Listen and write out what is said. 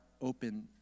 open